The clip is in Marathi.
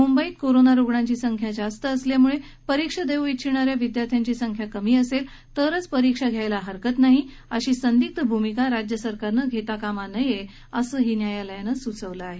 मुंबईत कोरोना रुग्णांची संख्या जास्त असल्यामुळे परीक्षा देऊ इच्छिणाऱ्या विद्यार्थ्यांची संख्या कमी असेल तरच परीक्षा घ्यायला हरकत नाही अशी संदिग्ध भूमिका राज्य सरकारनं घेता कामा नये असही न्यायालयानं सुनावलं आहे